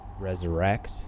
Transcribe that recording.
Resurrect